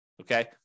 Okay